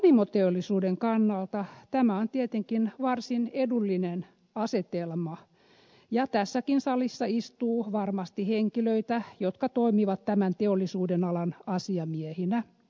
panimoteollisuuden kannalta tämä on tietenkin varsin edullinen asetelma ja tässäkin salissa istuu varmasti henkilöitä jotka toimivat tämän teollisuudenalan asiamiehinä